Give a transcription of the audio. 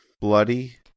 Bloody